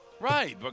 Right